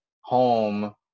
home